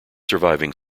surviving